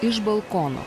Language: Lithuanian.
iš balkono